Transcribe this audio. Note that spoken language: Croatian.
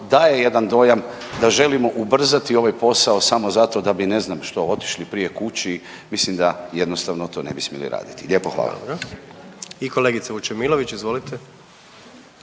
daje jedan dojam da želimo ubrzati ovaj posao samo zato da bi ne znam što otišli prije kući, mislim da jednostavno to ne bi smjeli raditi. Lijepo hvala. **Jandroković, Gordan